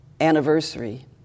anniversary